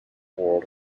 world